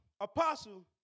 Apostle